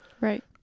Right